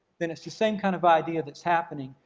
then it's the same kind of idea that's happening,